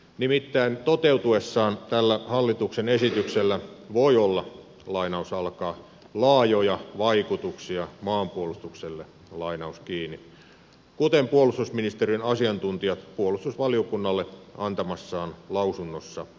nimittäin toteutuessaan tällä hallituksen esityksellä voi olla laajoja vaikutuksia maanpuolustukselle kuten puolustusministeriön asiantuntijat puolustusvaliokunnalle antamassaan lausunnossaan totesivat